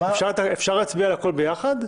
אפשר להצביע על הכול ביחד?